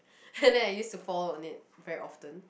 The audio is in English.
and I used to fall on it very often